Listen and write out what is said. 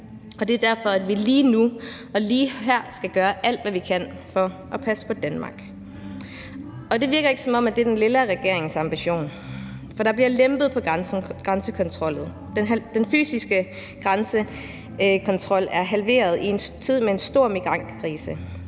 år. Det er derfor, at vi lige nu og lige her skal gøre alt, hvad vi kan, for at passe på Danmark. Det virker ikke, som om det er den lilla regerings ambition. Der bliver lempet på grænsekontrollen. Den fysiske grænsekontrol er halveret i en tid med en stor migrantkrise.